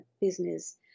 business